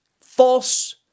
false